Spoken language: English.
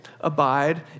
abide